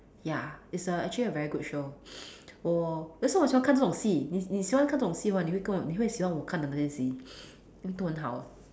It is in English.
ya it's a actually a very good show 我 that's why 我喜欢看这种戏你你喜欢看这种戏吗你会跟我你会喜欢我看的那些集 都很好